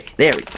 there